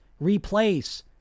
replace